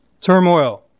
Turmoil